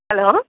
hello